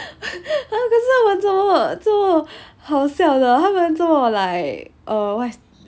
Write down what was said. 可是他们这么这么好笑的他们做么 like what's